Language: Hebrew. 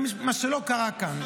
מה שלא קרה כאן.